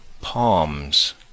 palms